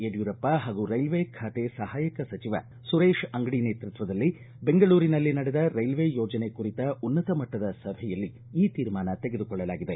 ಯಡಿಯೂರಪ್ಪ ಹಾಗೂ ರೈಲ್ವೆ ಖಾತೆ ಸಹಾಯಕ ಸಚಿವ ಸುರೇಶ್ ಅಂಗಡಿ ನೇತೃತ್ವದಲ್ಲಿ ಬೆಂಗಳೂರಿನಲ್ಲಿ ನಡೆದ ರೈಲ್ವೆ ಯೋಜನೆ ಕುರಿತ ಉನ್ನತ ಮಟ್ಟದ ಸಭೆಯಲ್ಲಿ ಈ ತೀರ್ಮಾನ ತೆಗೆದುಕೊಳ್ಳಲಾಗಿದೆ